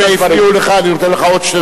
היות שהפריעו לך אני נותן לך עוד שתי דקות.